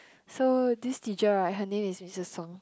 so this teacher right her name is is Missus Sng